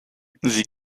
sie